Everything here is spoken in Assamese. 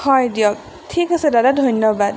হয় দিয়ক ঠিক আছে দাদা ধন্যবাদ